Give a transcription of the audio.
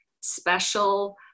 special